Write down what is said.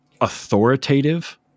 authoritative